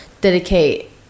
dedicate